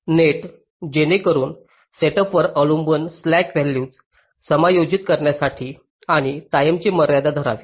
net जेणेकरून सेटअपवर अवलंबून स्लॅक व्हॅल्यूज समायोजित करण्यासाठी आणि टाईमची मर्यादा धरावी